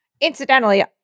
Incidentally